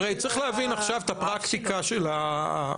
הרי צריך להבין עכשיו את הפרקטיקה של התהליך.